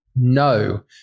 no